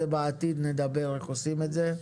בעתיד נדבר על איך עושים את זה.